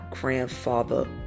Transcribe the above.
grandfather